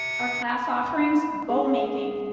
our class offerings, bow making,